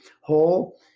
whole